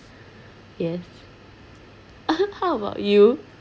yes how about you